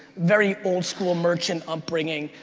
very old school, merchant upbringing.